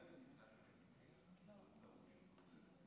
אז הייתם צריכים לתאם את היום.